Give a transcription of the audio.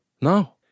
No